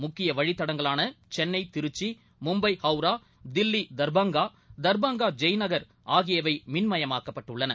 முக்கியவழிதடங்களானசென்னை Tiruchi Mumbai Howrah Delhi Darbhanga Darbhanga Jaynagar ஆகியவைமின்மயமாக்கப்பட்டுள்ளன